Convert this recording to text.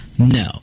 No